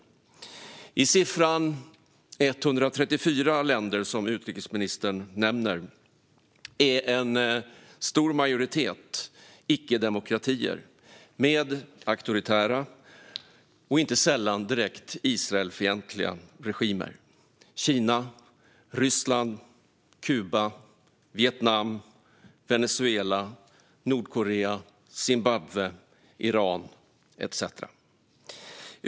I siffran 134 länder som utrikesministern nämner är en stor majoritet icke-demokratier med auktoritära och inte sällan direkt Israelfientliga regimer: Kina, Ryssland, Kuba, Vietnam, Venezuela, Nordkorea, Zimbabwe, Iran etcetera.